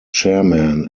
chairmen